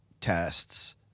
tests